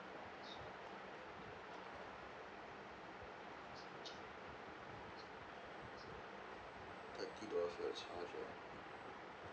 thirty dollars for the charger